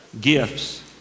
gifts